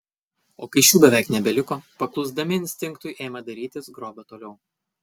o kai šių beveik nebeliko paklusdami instinktui ėmė dairytis grobio toliau